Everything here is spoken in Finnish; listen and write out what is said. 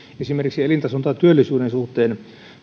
esimerkiksi elintason tai työllisyyden suhteen